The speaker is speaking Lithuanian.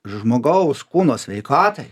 žmogaus kūno sveikatai